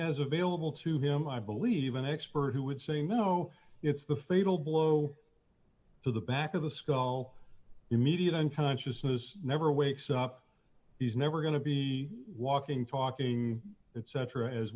has available to him i believe an expert who would say no it's the fatal blow to the back of the skull immediate unconsciousness never wakes up he's never going to be walking talking and cetera